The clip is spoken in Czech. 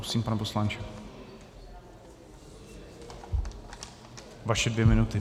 Prosím, pane poslanče, vaše dvě minuty.